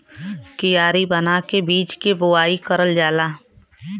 कियारी बना के बीज के बोवाई करल जाला